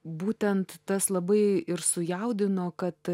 būtent tas labai ir sujaudino kad